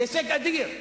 זה הישג אדיר.